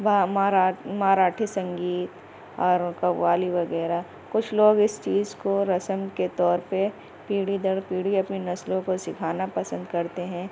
وہ مارا ماراٹھی سنگیت اور قوالی وغیرہ کچھ لوگ اس چیز کو رسم کے طور پہ پیڑھی در پیڑھی اپنی نسلوں کو سکھانا پسند کرتے ہیں